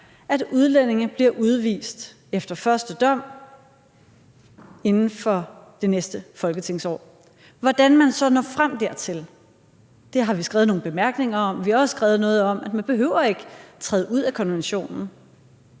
at udlændinge bliver udvist efter første dom. Hvordan man så når frem til det, har vi skrevet noget om i bemærkningerne. Vi har også skrevet noget om, at man ikke behøver at træde ud af konventionen.